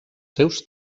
seus